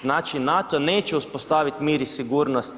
Znači NATO neće uspostavit mir i sigurnost